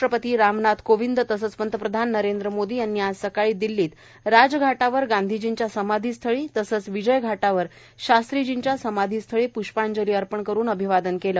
राष्ट्रपती रामनाथ कोविंद तसंच पंतप्रधान नरेंद्र मोदी यांनी आज सकाळी दिल्लीत राजघाटावर गांधीजींच्या समाधीस्थळी तसंच विजयघाटावर शास्त्रीजींच्या समाधीस्थळी प्ष्पांजली वाहन अभिवादन केलं